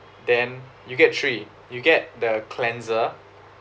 then you get three you get the cleanser